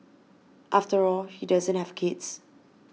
after all he doesn't have kids